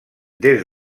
des